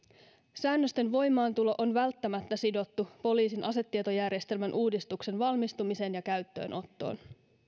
säännösten voimaantulo on välttämättä sidottu poliisin asetietojärjestelmän uudistuksen valmistumiseen ja käyttöönottoon